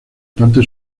parte